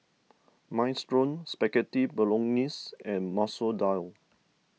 Minestrone Spaghetti Bolognese and Masoor Dal